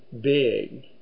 big